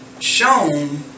shown